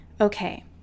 Okay